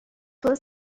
was